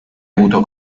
avuto